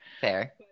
Fair